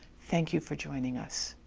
thank you for joining us.